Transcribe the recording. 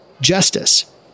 justice